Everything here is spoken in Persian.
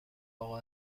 اقا